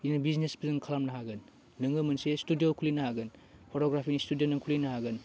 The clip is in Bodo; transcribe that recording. बिदिनो बिजनेस प्लेन खालामनो हागोन नोङो मोनसे स्टुडिअ खुलिनो हागोन फट'ग्राफिनि स्टुडिअ खुलिनो हागोन